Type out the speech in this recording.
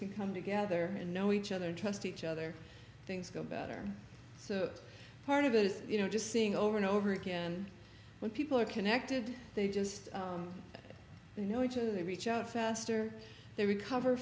can come together and know each other and trust each other things go better so part of it is you know just seeing over and over again when people are connected they just know each other they reach out faster they recover